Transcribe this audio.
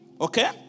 Okay